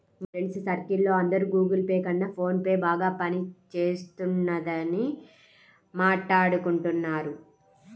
మా friends circle లో అందరూ గుగుల్ పే కన్నా ఫోన్ పేనే బాగా పని చేస్తున్నదని మాట్టాడుకుంటున్నారు